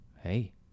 Hey